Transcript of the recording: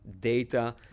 data